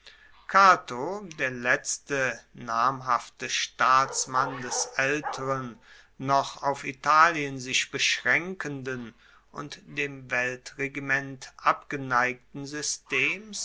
cato der letzte namhafte staatsmann des aelteren noch auf italien sich beschraenkenden und dem weltregiment abgeneigten systems